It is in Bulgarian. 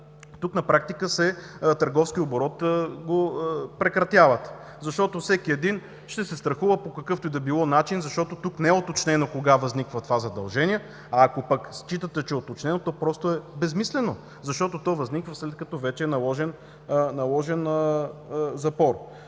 тук на практика прекратявате търговския оборот. Защото всеки един ще се страхува по какъвто и да било начин, защото тук не е уточнено кога възниква това задължение, а ако считате, че е уточнено, то просто е безсмислено. Защото то възниква след като е наложен запор.